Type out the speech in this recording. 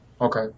Okay